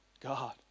God